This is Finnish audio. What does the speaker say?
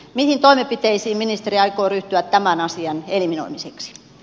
mihin toimenpiteisiin ministeri aikoo ryhtyä tämän asian eliminoimiseksi